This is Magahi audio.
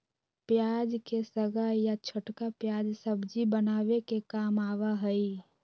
प्याज के साग या छोटका प्याज सब्जी बनावे के काम आवा हई